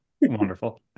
wonderful